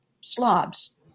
slobs